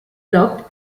blocked